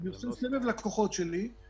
אני עשה סבב לקוחות שלי,